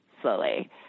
slowly